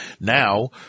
Now